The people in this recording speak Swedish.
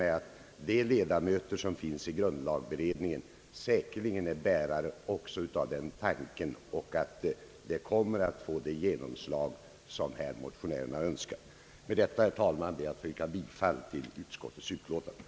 Jag tror att iedamöterna i grundlagberedningen också är bärare av den tanken och att den kommer att slå igenom såsom motionärerna önskar. Med detta ber jag att få yrka bifall till utskottets hemställan.